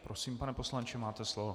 Prosím, pane poslanče, máte slovo.